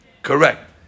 Correct